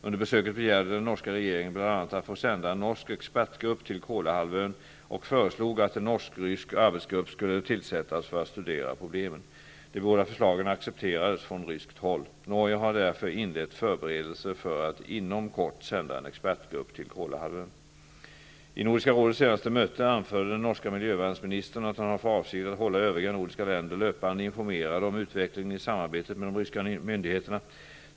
Under besöket begärde den norska regeringen bl.a. att få sända en norsk expertgrupp till Kolahalvön och föreslog att en norsk-rysk arbetsgrupp skulle tillsättas för att studera problemen. De båda förslagen accepterades från ryskt håll. Norge har därför inlett förberedelser för att inom kort sända en expertgrupp till Kolahalvön. Vid Nordiska rådets senaste möte anförde den norska miljövärnsministern att han har för avsikt att hålla övriga nordiska länder löpande informerade om utvecklingen i samarbeet med de ryska myndigheterna.